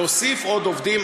להוסיף עוד עובדים.